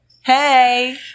Hey